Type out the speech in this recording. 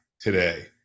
today